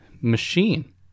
machine